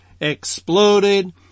exploded